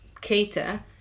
cater